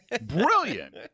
Brilliant